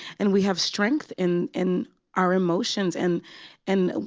and we have strength in in our emotions. and and